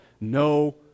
no